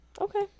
Okay